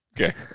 Okay